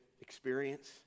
experience